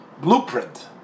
blueprint